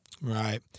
Right